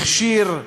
הכשיר,